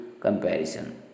comparison